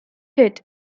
hit